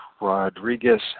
Rodriguez